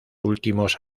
últimos